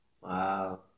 Wow